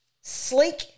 sleek